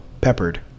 peppered